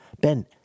Ben